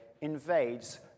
invades